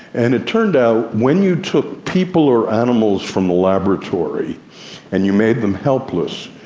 and it turned out, when you took people or animals from the laboratory and you made them helpless,